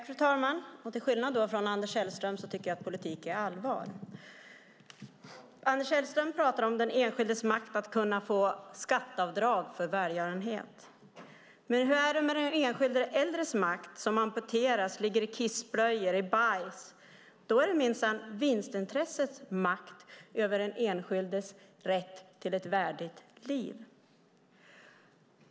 Fru talman! Till skillnad från Anders Sellström tycker jag att politik är allvar. Anders Sellström pratar om den enskildes makt att få göra skatteavdrag för välgörenhet. Men hur är det med den enskilde äldres makt - som amputeras, ligger i kissblöjor, i bajs? Då är det minsann vinstintressets makt över den enskildes rätt till ett värdigt liv.